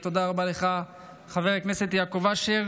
תודה רבה לך, חבר הכנסת יעקב אשר.